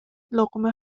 لقمه